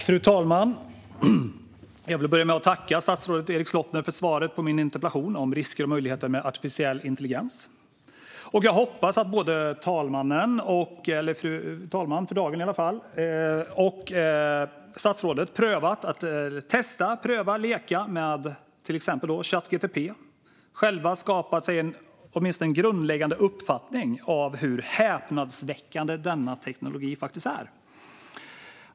Fru talman! Jag vill börja med att tacka statsrådet Erik Slottner för svaret på min interpellation om risker och möjligheter med artificiell intelligens. Jag hoppas att både fru talmannen och statsrådet testat att pröva och leka med till exempel Chat GPT och själva skapat sig åtminstone en grundläggande uppfattning om hur häpnadsväckande denna teknik faktiskt är.